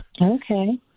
Okay